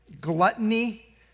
gluttony